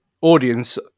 audience